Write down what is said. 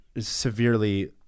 severely